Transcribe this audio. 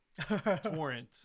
torrent